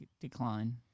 decline